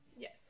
yes